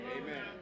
Amen